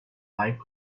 like